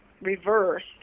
reversed